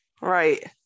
Right